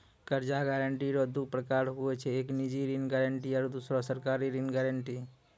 कर्जा गारंटी रो दू परकार हुवै छै एक निजी ऋण गारंटी आरो दुसरो सरकारी ऋण गारंटी